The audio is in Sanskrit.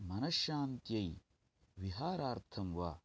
मनःशान्त्यै विहारार्थं वा